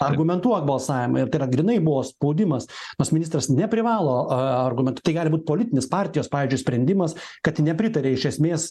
argumentuok balsavimą ir tai yra grynai buvo spaudimas nors ministras neprivalo argumen tai gali būt politinis partijos pavyzdžiui sprendimas kad nepritaria iš esmės